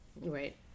Right